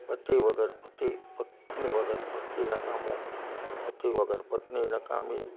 પતિ વગર પતિ પત્ની વગર પતિ નકામો પતિ વગર પત્ની નકામી